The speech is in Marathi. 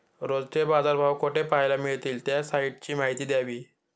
रोजचे बाजारभाव कोठे पहायला मिळतील? त्या साईटची माहिती द्यावी